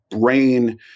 brain